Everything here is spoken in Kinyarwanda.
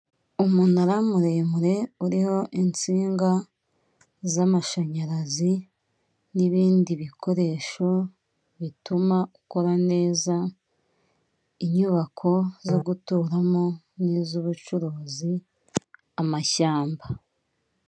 Umunara muremure uriho insinga z'amashanyarazi n'ibindi bikoresho bituma ukora neza inyubako zo guturamo n'iz'ubucuruzi amashyamba.